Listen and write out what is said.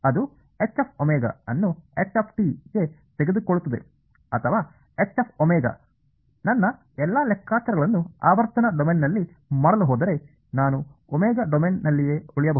ಆದ್ದರಿಂದ ಅದು Hωಅನ್ನು hಗೆ ತೆಗೆದುಕೊಳ್ಳುತ್ತದೆ ಅಥವಾ ನನ್ನ ಎಲ್ಲಾ ಲೆಕ್ಕಾಚಾರಗಳನ್ನು ಆವರ್ತನ ಡೊಮೇನ್ನಲ್ಲಿ ಮಾಡಲು ಹೋದರೆ ನಾನು ಒಮೆಗಾ ಡೊಮೇನ್ನಲ್ಲಿಯೇ ಉಳಿಯಬಹುದು